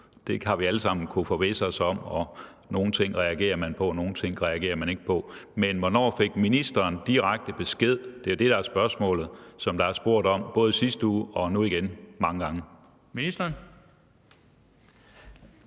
Det har vi alle sammen kunnet forvisse os om, og nogle ting reagerer man på, nogle ting reagerer man ikke på. Men hvornår fik ministeren direkte besked? Det er jo det, der er spørgsmålet, som er blevet stillet både i sidste uge og nu igen – mange gange. Kl.